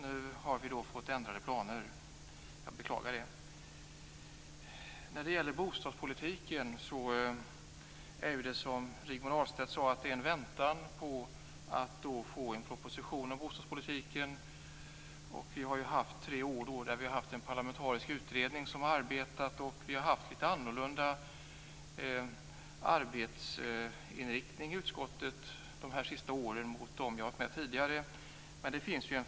Vi har nu fått ändra planeringen, och det beklagar jag. Vi väntar för närvarande, som Rigmor Ahlstedt sade, på en proposition om bostadspolitiken. En parlamentarisk utredning har arbetat under tre år, och vi har i utskottet under de senaste åren haft en annorlunda arbetsinriktning i utskottet.